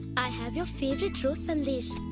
i have your favourite rose sandesh!